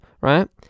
right